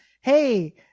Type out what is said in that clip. hey